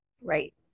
Right